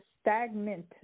stagnant